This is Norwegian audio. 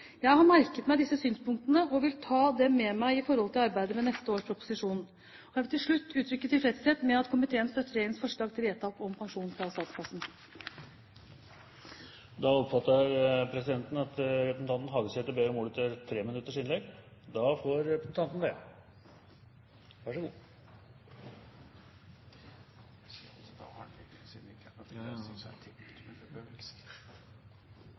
Jeg har merket meg disse synspunktene, og vil ta dem med meg i forhold til arbeidet med neste års proposisjon. Jeg vil til slutt uttrykke tilfredshet med at komiteen støtter regjeringens forslag til vedtak om pensjon fra statskassen. Først vil eg takke statsråden for at ho har notert seg og registrert merknadene om at vi ønskjer ei litt meir opplyst innstilling neste år, og det synest vi er